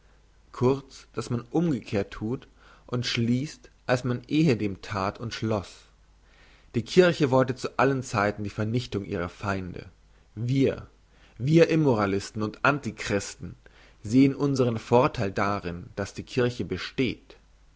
kurz dass man umgekehrt thut und schliesst als man ehedem that und schloss die kirche wollte zu allen zeiten die vernichtung ihrer feinde wir wir immoralisten und antichristen sehen unsern vortheil darin dass die kirche besteht